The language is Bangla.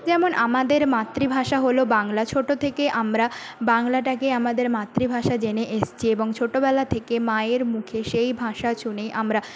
যেমন আমাদের মাতৃভাষা হলো বাংলা ছোটো থেকে আমরা বাংলাটাকে আমাদের মাতৃভাষা জেনে এসছি এবং ছোটোবেলা থেকে মায়ের মুখে সেই ভাষা শুনেই আমরা